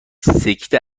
سکته